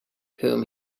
whom